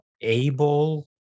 able